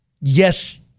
Yes